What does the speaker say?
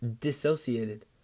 dissociated